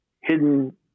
hidden